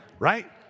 Right